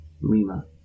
Lima